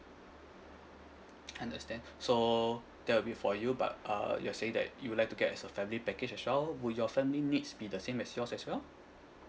understand so that will be for you but uh you're saying that you'd like to get as a family package as well would your family needs be the same as yours as well